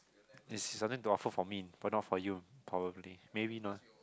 it's something to offer for me but not for you probably maybe not